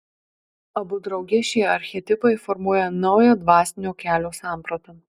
abu drauge šie archetipai formuoja naują dvasinio kelio sampratą